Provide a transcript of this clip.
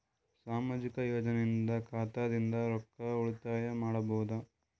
ಸಾಮಾಜಿಕ ಯೋಜನೆಯಿಂದ ಖಾತಾದಿಂದ ರೊಕ್ಕ ಉಳಿತಾಯ ಮಾಡಬಹುದ?